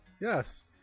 Yes